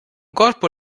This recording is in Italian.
corpo